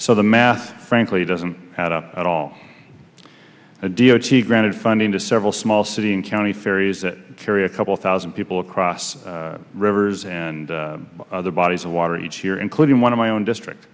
so the math frankly doesn't add up at all the d o t granted funding to several small city and county ferries that carry a couple thousand people across rivers and other bodies of water each year including one of my own district